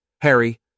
Harry